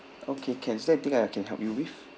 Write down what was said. okay can is there anything I can help you with